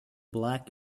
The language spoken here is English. black